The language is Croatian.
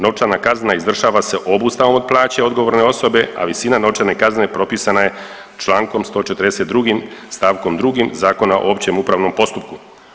Novčana kazna izvršava se obustavom od plaće odgovorne osobe, a visina novčane kazne propisana je člankom 142. stavkom 2. Zakona o općem upravnom postupku.